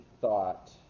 thought